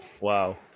Wow